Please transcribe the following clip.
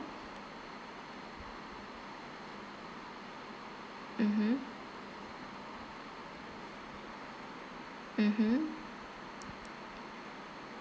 mmhmm mmhmm